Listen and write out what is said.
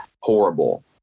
horrible